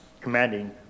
commanding